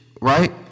right